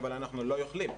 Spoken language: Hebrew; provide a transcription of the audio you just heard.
אבל אנחנו לא יכולים,